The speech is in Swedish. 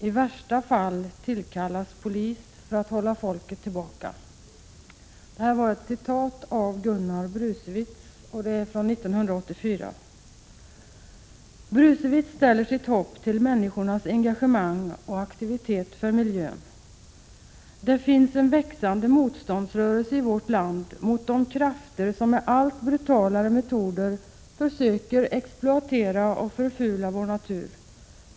I värsta fall tillkallas polis för att hålla folket tillbaka ——=.” Detta var ett citat av Gunnar Brusewitz från 1984. Han ställer sitt hopp till människornas engagemang och aktivitet för miljön: Det finns en växande motståndsrörelse i vårt land mot de krafter som med allt brutalare metoder försöker exploatera och förfula vår natur.